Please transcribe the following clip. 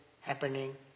happening